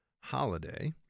holiday